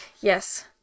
Yes